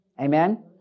Amen